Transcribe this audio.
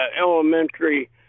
elementary